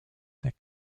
des